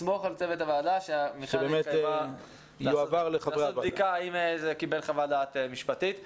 סמוך על צוות הוועדה --- לעשות בדיקה האם זה קיבל חוות דעת משפטית.